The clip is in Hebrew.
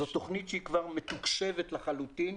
זו תוכנית שהיא כבר מתוקשבת לחלוטין.